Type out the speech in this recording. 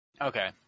Okay